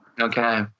Okay